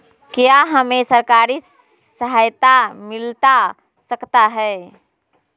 क्या हमे सरकारी सहायता मिलता सकता है?